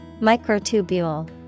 Microtubule